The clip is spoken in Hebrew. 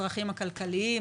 הצרכים הכלכליים,